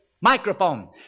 microphone